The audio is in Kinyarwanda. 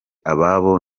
ababo